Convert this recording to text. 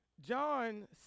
John